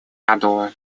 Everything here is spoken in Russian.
году